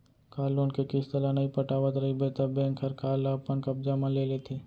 car loan के किस्त ल नइ पटावत रइबे त बेंक हर कार ल अपन कब्जा म ले लेथे